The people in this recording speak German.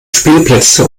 spielplätze